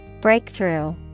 Breakthrough